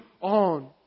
on